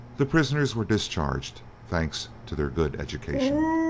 the prisoners were discharged, thanks to their good education.